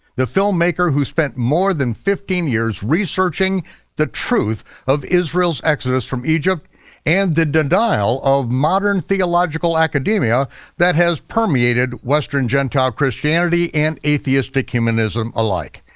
the film maker who spent more than fifteen years researching the truth of israel's exodus from egypt and the denial of modern theological academia that has permeated western gentile christianity and atheistic humanism alike.